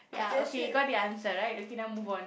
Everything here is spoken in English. ya okay you got the answer right okay now move on